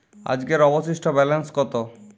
আজকের অবশিষ্ট ব্যালেন্স কত?